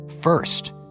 First